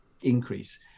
increase